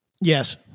Yes